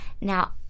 now